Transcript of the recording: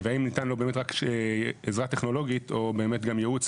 והאם ניתנה לו באמת רק עזרה טכנולוגית או גם ייעוץ,